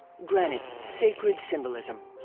granite, sacred symbolism.